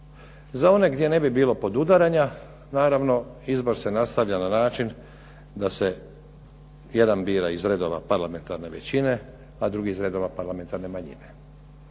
Za one gdje ne bi bilo podudaranja naravno izbor se nastavlja na način da se jedan bira iz reda parlamentarne većine, a drugi iz reda parlamentarne manjine.